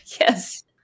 Yes